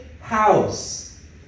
house